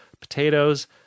potatoes